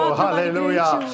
hallelujah